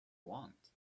want